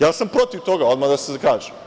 Ja sam protiv toga, odmah da kažem.